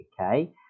okay